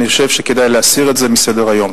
אני חושב שכדאי להסיר את זה מסדר-היום.